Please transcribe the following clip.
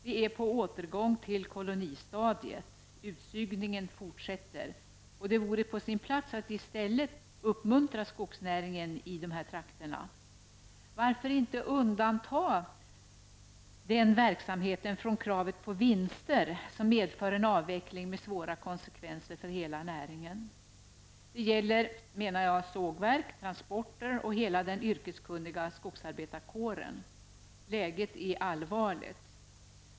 Vi är på återgång till kolonistadiet. Utsugningen fortsätter. Det vore på sin plats att i stället uppmuntra skogsnäringen i dessa trakter. Varför inte undanta den verksamheten från kravet på vinster, som medför en avveckling med svåra konsekvenser för hela näringen. Det gäller sågverk, transporter och hela den yrkeskunniga skogsarbetarkåren. Läget är allvarligt.